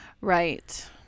Right